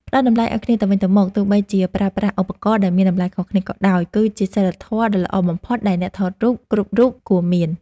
ផ្តល់តម្លៃឱ្យគ្នាទៅវិញទៅមកទោះបីជាប្រើប្រាស់ឧបករណ៍ដែលមានតម្លៃខុសគ្នាក៏ដោយគឺជាសីលធម៌ដ៏ល្អបំផុតដែលអ្នកថតរូបគ្រប់រូបគួរមាន។